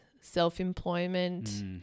self-employment